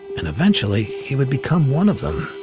and eventually he would become one of them.